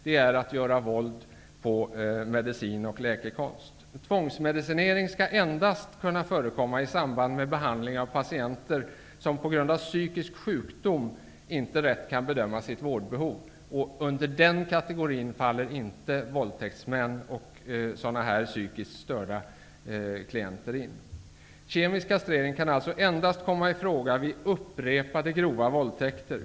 Det är att göra våld på medicin och läkekonst. Tvångsmedicinering skall kunna förekomma endast i samband med behandling av patienter som på grund av psykisk sjukdom inte rätt kan bedöma sitt vårdbehov. Under den kategorin faller inte våldtäktsmän och på liknande sätt psykiskt störda patienter. Kemisk kastrering kan komma i fråga endast vid upprepade grova våldtäkter.